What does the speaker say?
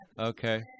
Okay